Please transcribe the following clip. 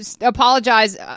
apologize